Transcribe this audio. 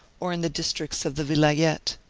or in the districts of the vilayet.